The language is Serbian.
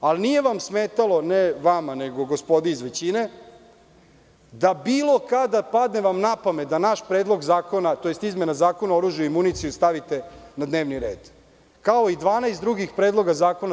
Ali, nije vam smetalo, ne vama, nego gospodi iz većine, da bilo kada padne vama na pamet da naš predlog zakona, tj. izmenu Zakona o oružju i municiji, stavite na dnevni red, kao i 12 drugih predloga zakona DS.